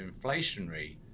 inflationary